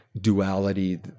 duality